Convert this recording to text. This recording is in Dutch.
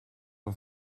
een